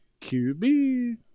qb